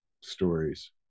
stories